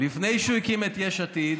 לפני שהוא הקים את יש עתיד